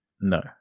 No